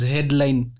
Headline